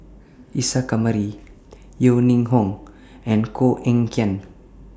Isa Kamari Yeo Ning Hong and Koh Eng Kian